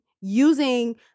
using